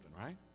right